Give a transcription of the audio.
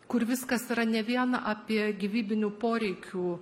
kur viskas yra ne vien apie gyvybinių poreikių